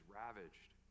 ravaged